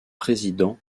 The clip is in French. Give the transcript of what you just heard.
président